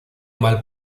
mal